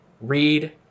read